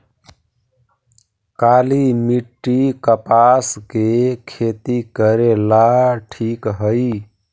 काली मिट्टी, कपास के खेती करेला ठिक हइ?